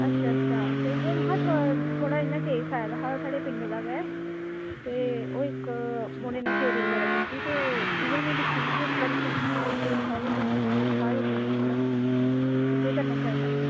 अच्छा अच्छा ते में हां उऐ थोह्ड़ा इयै केस आए दा हा साढ़े पिंड दा गै ते ओह् इक्क मुढ़े नै चोरी बगैरा कीती ते उऐ में हा मौलवी साह्ब उंदी सलाह् लेई लैनी आं थोह्ड़ा की केह् करना चाहिदा